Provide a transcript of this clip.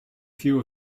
few